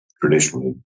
traditionally